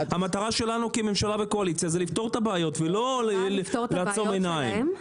המטרה שלנו כממשלה וכקואליציה זה לפתור את הבעיות ולא לעצום עיניים.